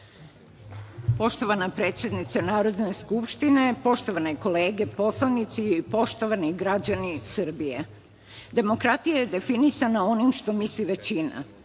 Poštovana predsednice Narodne skupštine, poštovane kolege poslanici, poštovani građani Srbije, demokratija je definisana onim što misli većina.